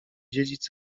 dziedzic